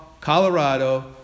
Colorado